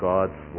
God's